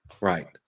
Right